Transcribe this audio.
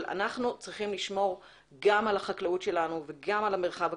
אבל אנחנו צריכים לשמור גם על החקלאות שלנו וגם על המרחב הכפרי.